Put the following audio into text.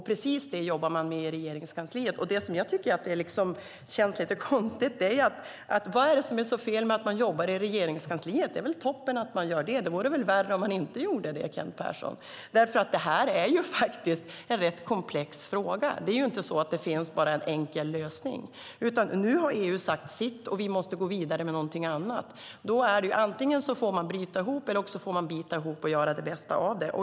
Precis detta jobbar man med i Regeringskansliet. Vad är det som är så fel med att man jobbar i Regeringskansliet? Det tycker jag känns lite konstigt. Det är väl toppen att man gör det. Det vore värre om man inte gjorde det, Kent Persson, för det här är en rätt komplex fråga. Det är ju inte så att det finns någon enkel lösning. Nu har EU sagt sitt, och vi måste gå vidare med någonting annat. Antingen får man då bryta ihop eller så får man bita ihop och göra det bästa av det.